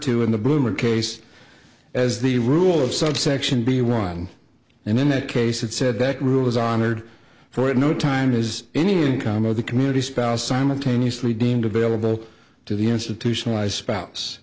to in the bloomer case as the rule of subsection b one and in that case it said that rule is honored for at no time is any income of the community spouse simultaneously deemed available to the institutionalized spouse